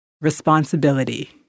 Responsibility